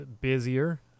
busier